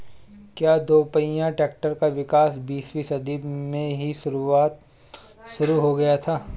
क्या दोपहिया ट्रैक्टरों का विकास बीसवीं शताब्दी में ही शुरु हो गया था?